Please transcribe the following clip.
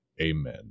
Amen